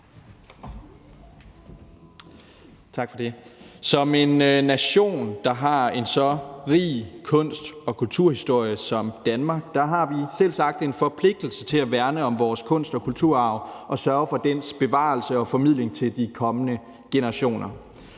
Som en nation, der har en så rig kunst- og kulturhistorie som Danmark, har vi selvsagt en forpligtelse til at værne om vores kunst- og kulturarv og sørge for dens bevarelse og formidling til de kommende generationer.